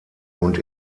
und